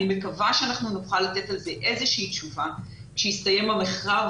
אני מקווה שאנחנו נוכל לתת על זה איזושהי תשובה כשיסתיים המחקר,